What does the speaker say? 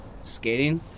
skating